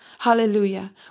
Hallelujah